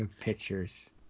pictures